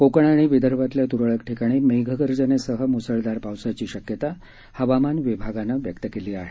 कोकण आणि विदर्भातल्या तुरळक ठिकाणी मेघगर्जनेसह मुसळधार पावसाची शक्यता हवामान विभागानं व्यक्त केली आहे